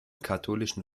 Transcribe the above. katholischen